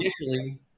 initially